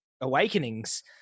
awakenings